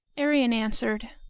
arion answered,